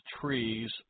trees